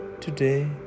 today